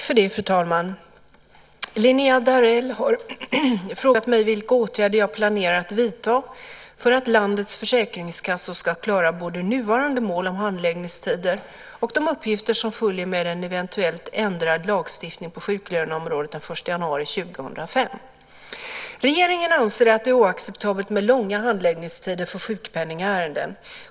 Fru talman! Linnéa Darell har frågat mig vilka åtgärder jag planerar att vidta för att landets försäkringskassor ska klara både nuvarande mål om handläggningstider och de uppgifter som följer med en eventuell ändrad lagstiftning på sjuklöneområdet den 1 januari 2005. Regeringen anser att det är oacceptabelt med långa handläggningstider för sjukpenningärenden.